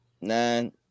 Nine